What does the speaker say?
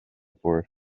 for